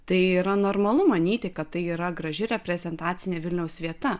tai yra normalu manyti kad tai yra graži reprezentacinė vilniaus vieta